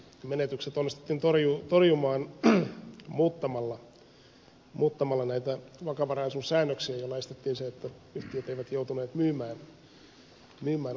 menetykset onnistuttiin torjumaan muuttamalla näitä vakavaraisuussäännöksiä joilla estettiin se että yhtiöt olisivat joutuneet myymään osakkeitaan